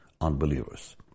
unbelievers